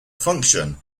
function